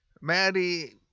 Maddie